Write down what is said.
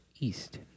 East